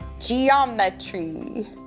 geometry